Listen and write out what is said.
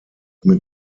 mit